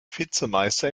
vizemeister